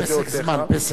פסק זמן, הוא לא בפרישה.